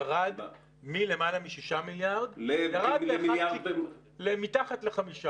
ירד מלמעלה מ-6 מיליארד, מתחת ל-5.